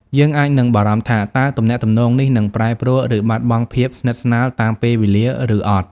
យើងអាចនឹងបារម្ភថា តើទំនាក់ទំនងនេះនឹងប្រែប្រួល ឬបាត់បង់ភាពស្និទ្ធស្នាលតាមពេលវេលាឬអត់។